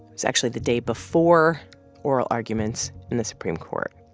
it's actually the day before oral arguments in the supreme court.